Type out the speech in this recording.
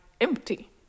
empty